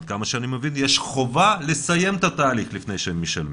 עד כמה שאני מבין יש חובה לסיים את התהליך לפני שמשלמים.